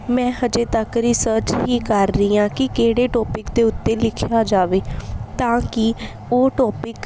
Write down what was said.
ਮੈਂ ਹਜੇ ਤੱਕ ਰਿਸਰਚ ਹੀ ਕਰ ਰਹੀ ਹਾਂ ਕਿ ਕਿਹੜੇ ਟੋਪਿਕ ਦੇ ਉੱਤੇ ਲਿਖਿਆ ਜਾਵੇ ਤਾਂ ਕਿ ਉਹ ਟੋਪਿਕ